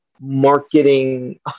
marketing